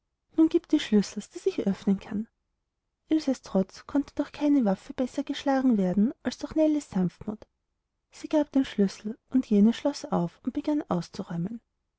nun gieb die schlüssels daß ich öffnen kann ilses trotz konnte durch keine waffe besser geschlagen werden als durch nellies sanftmut sie gab den schlüssel und jene schloß auf und begann auszuräumen